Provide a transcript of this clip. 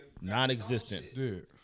non-existent